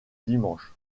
dimanche